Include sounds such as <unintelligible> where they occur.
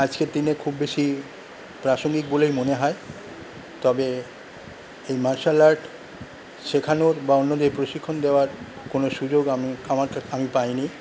আজকের দিনে খুব বেশি প্রাসঙ্গিক বলেই মনে হয় তবে এই মার্শাল আর্ট শেখানোর বা অন্যদের প্রশিক্ষণ দেওয়ার কোন সুযোগ আমি আমার <unintelligible> আমি পাইনি